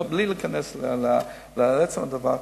בלי להיכנס לעצם הדבר,